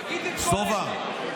סובה,